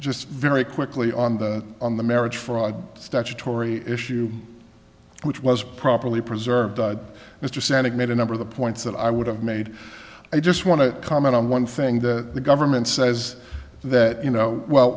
just very quickly on the on the marriage fraud statutory issue which was properly preserved mr stanhope made a number of the points that i would have made i just want to comment on one thing that the government says that you know well